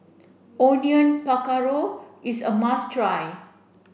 Onion Pakora is a must try